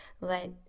let